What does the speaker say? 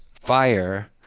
fire